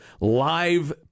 Live